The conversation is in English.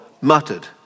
muttered